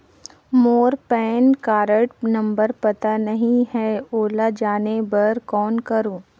मोर PAN card number पता नहीं है, ओला जाने बर कौन करो?